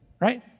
right